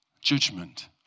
judgment